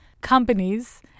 companies